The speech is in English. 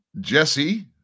Jesse